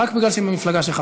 רק מפני שהיא מהמפלגה שלך,